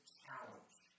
challenge